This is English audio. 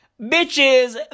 bitches